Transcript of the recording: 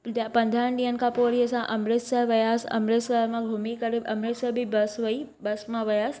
ॾ पंद्राहं ॾींहनि खां पोइ वरी असां अमृतसर वयासि अमृतसर मां घुमी करे अमृतसर बि बस वई बस मां वयसि